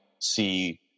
see